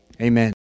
Amen